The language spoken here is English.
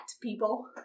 people